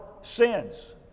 sins